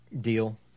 deal